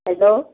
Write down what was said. hello